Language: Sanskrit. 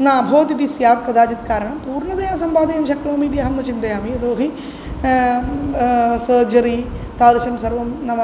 न अभवदिति स्यात् कदाचित् कारणं पूर्णतया सम्पाद्य शक्नोमि इति अहं न चिन्तयामि यतो हि सर्जरी तादृशं सर्वं नाम